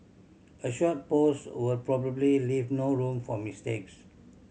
a short post will probably leave no room for mistakes